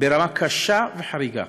ברמה קשה וחריגה.